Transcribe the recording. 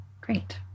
Great